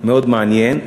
מאוד מעניין,